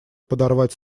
подорвать